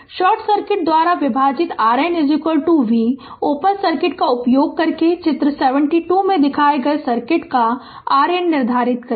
short circuit द्वारा विभाजित RN v open circuit का उपयोग करके चित्र 72 में दिखाए गए सर्किट का RN निर्धारित करें